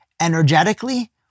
energetically